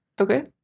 Okay